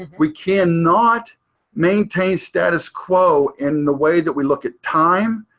we cannot maintain status quo in the way that we look at time,